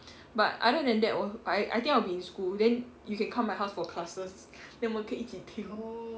but other than that 我 I I think I will be in school then you can come my house for classes then 我们可以一起听